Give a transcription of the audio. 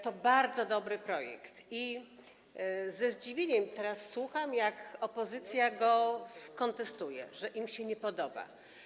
To bardzo dobry projekt i ze zdziwieniem teraz słucham, jak opozycja go kontestuje, mówiąc, że im się nie podoba.